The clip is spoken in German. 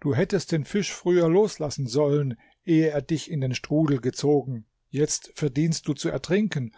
du hättest den fisch früher loslassen sollen ehe er dich in den strudel gezogen jetzt verdienst du zu ertrinken